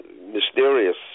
mysterious